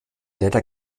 leider